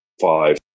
five